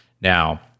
Now